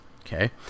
Okay